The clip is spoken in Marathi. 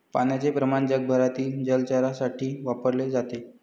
पाण्याचे प्रमाण जगभरातील जलचरांसाठी वापरले जाते